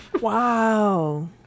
Wow